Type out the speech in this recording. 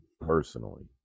personally